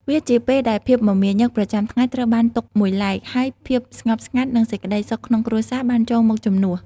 វាជាពេលដែលភាពមមាញឹកប្រចាំថ្ងៃត្រូវបានទុកមួយឡែក ហើយភាពស្ងប់ស្ងាត់ និងសេចក្តីសុខក្នុងគ្រួសារបានចូលមកជំនួស។